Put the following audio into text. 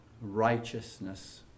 righteousness